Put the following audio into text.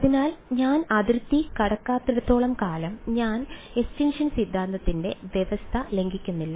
അതിനാൽ ഞാൻ അതിർത്തി കടക്കാത്തിടത്തോളം കാലം ഞാൻ എസ്റ്റിൻഷൻ സിദ്ധാന്തത്തിന്റെ വ്യവസ്ഥ ലംഘിക്കുന്നില്ല